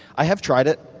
i have tried it.